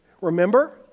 Remember